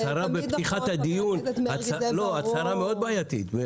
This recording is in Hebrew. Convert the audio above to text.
ההצהרה בפתיחת הדיון היא מאוד בעייתית.